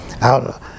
out